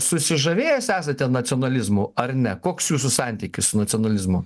susižavėjęs esate nacionalizmu ar ne koks jūsų santykis su nacionalizmu